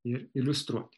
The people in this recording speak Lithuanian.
ir iliustruoti